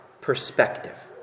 perspective